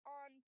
on